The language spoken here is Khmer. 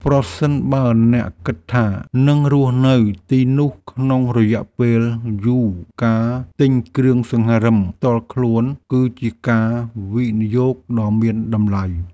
ប្រសិនបើអ្នកគិតថានឹងរស់នៅទីនោះក្នុងរយៈពេលយូរការទិញគ្រឿងសង្ហារិមផ្ទាល់ខ្លួនគឺជាការវិនិយោគដ៏មានតម្លៃ។